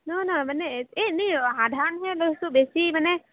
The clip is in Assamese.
নহয় নহয় মানে এই এনেই সাধাৰণহে লৈছোঁ বেছি মানে